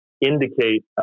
indicate